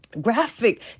graphic